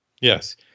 Yes